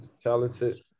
talented